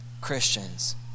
Christians